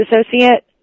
associate